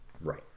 Right